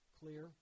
clear